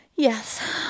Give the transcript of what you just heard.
Yes